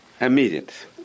Immediate